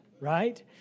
right